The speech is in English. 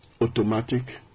automatic